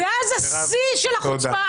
ואז השיא של החוצפה,